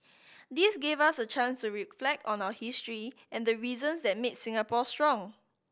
this gave us a chance to reflect on our history and the reasons that made Singapore strong